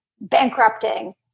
bankrupting